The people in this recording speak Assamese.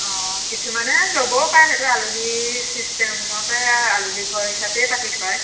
অঁ কিছুমানে ল'বও পাৰে সেইটো আলহী ছিষ্টেমতে আলহী ঘৰ হিচাপেই পাতি থয়